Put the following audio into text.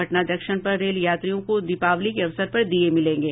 Patna junction पर rail यात्रियों को दीपावली के अवसर पर दिये मिलेंगे